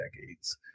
decades